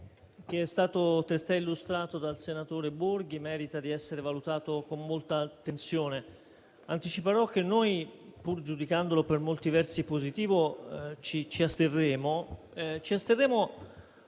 dal senatore Borghi merita di essere valutato con molta attenzione. Anticiperò che noi, pur giudicandolo per molti versi positivo, ci asterremo,